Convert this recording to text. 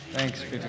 Thanks